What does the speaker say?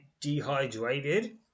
dehydrated